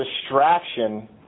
distraction